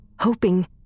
hoping